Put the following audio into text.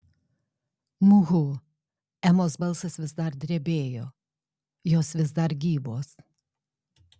muhu emos balsas vis dar drebėjo jos vis dar gyvos